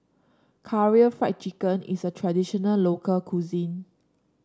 Karaage Fried Chicken is a traditional local cuisine